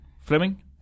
Fleming